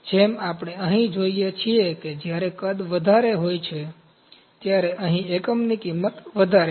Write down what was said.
જેમ આપણે અહીં જોઈએ છીએ કે જ્યારે કદ વધારે હોય છે ત્યારે અહીં એકમની કિંમત વધારે છે